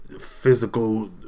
physical